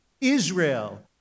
Israel